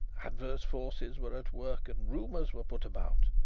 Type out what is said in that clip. adverse forces were at work and rumours were put about.